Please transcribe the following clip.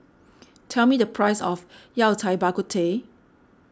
tell me the price of Yao Cai Bak Kut Teh